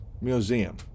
Museum